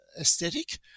aesthetic